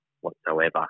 whatsoever